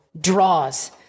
Draws